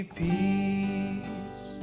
peace